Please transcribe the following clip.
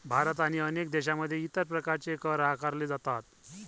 भारत आणि अनेक देशांमध्ये इतर प्रकारचे कर आकारले जातात